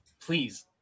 Please